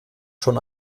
schon